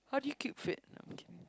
how do you keep fit no I'm kidding